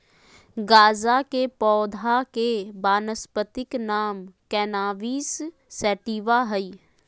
गाँजा के पौधा के वानस्पति नाम कैनाबिस सैटिवा हइ